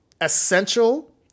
essential